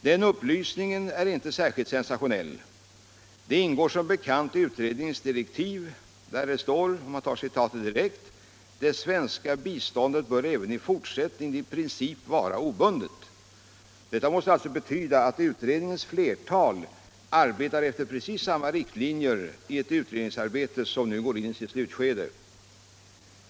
Den upplysningen är inte särdeles sensationeH. Denna princip ingår som bekant i utredningens direktiv, där det står: "Det svenska biståndet bör även i fortsättningen i princip vara obundet.” Detta måste betyda att utredningens flertal arbetar efter precis samma riktlinjer i ett utredningsarbete som nu går in i sitt slutskede.